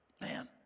Man